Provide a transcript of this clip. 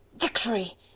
Victory